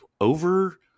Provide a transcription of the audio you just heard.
over